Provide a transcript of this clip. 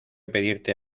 pedirte